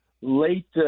late